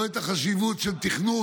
לא את החשיבות של תכנון,